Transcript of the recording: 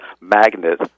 magnet